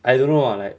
I don't know ah like